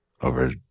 over